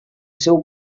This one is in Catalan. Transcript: seu